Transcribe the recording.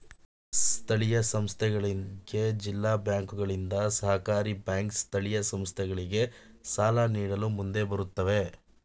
ಸ್ಥಳೀಯ ಸಂಸ್ಥೆಗಳಿಗೆ ಜಿಲ್ಲಾ ಬ್ಯಾಂಕುಗಳಿಂದ, ಸಹಕಾರಿ ಬ್ಯಾಂಕ್ ಸ್ಥಳೀಯ ಸಂಸ್ಥೆಗಳಿಗೆ ಸಾಲ ನೀಡಲು ಮುಂದೆ ಬರುತ್ತವೆ